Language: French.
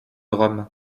rome